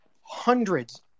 hundreds